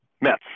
Mets